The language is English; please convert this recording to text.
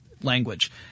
language